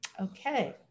Okay